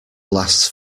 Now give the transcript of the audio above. lasts